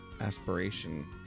aspiration